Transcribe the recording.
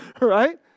right